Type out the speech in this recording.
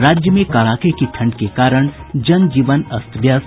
और राज्य में कड़ाके की ठंड के कारण जनजीवन अस्त व्यस्त